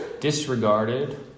disregarded